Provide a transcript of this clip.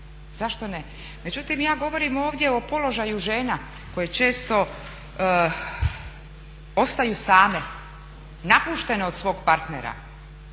zašto ne? Međutim ja govorim ovdje o položaju žena koje često ostaju same, napuštene od svog partnera,